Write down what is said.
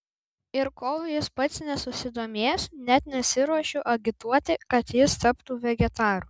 ir kol jis pats nesusidomės net nesiruošiu agituoti kad jis taptų vegetaru